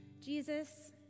Jesus